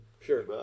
Sure